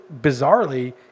bizarrely